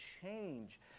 change